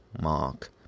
Mark